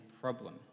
problem